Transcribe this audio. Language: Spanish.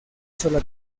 sola